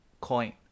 Coin